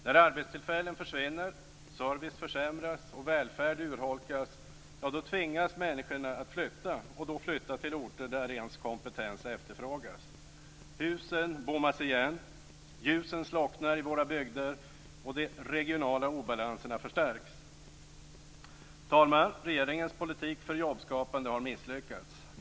När arbetstillfällen försvinner, service försämras och välfärd urholkas tvingas människorna att flytta, och då till orter där deras kompetens efterfrågas. Husen bommas igen, ljusen slocknar i våra bygder och de regionala obalanserna förstärks. Fru talman! Regeringens politik för jobbskapande har misslyckats.